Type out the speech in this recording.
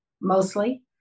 mostly